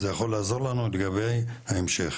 זה יכול לעזור לנו לגבי ההמשך.